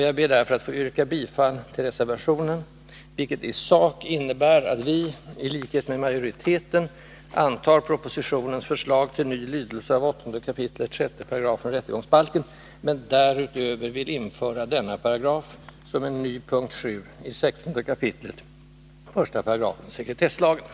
Jag ber därför att få yrka bifall till reservationen, vilket i sak innebär att vi — i likhet med majoriteten — antar propositionens förslag till ny lydelse av 8 kap. 6 § rättegångsbalken men därutöver vill införa denna paragraf som en ny punkt 7 i 16 kap. 18 sekretesslagen.